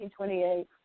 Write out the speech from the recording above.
1928